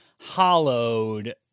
hollowed